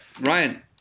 Ryan